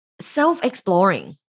self-exploring